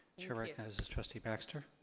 chair recognizes trustee baxter.